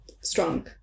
strong